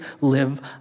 live